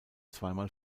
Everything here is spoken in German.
zweimal